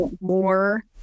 more